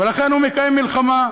ולכן הוא מקיים מלחמה,